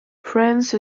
france